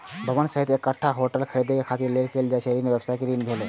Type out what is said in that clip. भवन सहित एकटा होटल खरीदै खातिर लेल गेल ऋण व्यवसायी ऋण भेलै